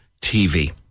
TV